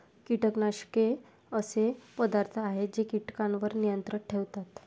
कीटकनाशके असे पदार्थ आहेत जे कीटकांवर नियंत्रण ठेवतात